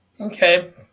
Okay